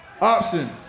option